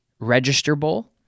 registerable